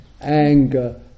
anger